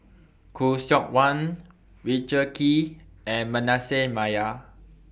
Khoo Seok Wan Richard Kee and Manasseh Meyer